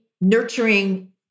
nurturing